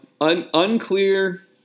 unclear